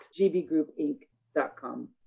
gbgroupinc.com